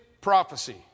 prophecy